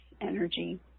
Energy